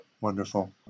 Wonderful